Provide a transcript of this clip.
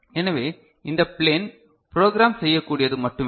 எனவே இந்த plane program செய்யக்கூடியது மட்டுமே